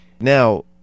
Now